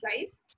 guys